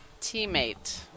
teammate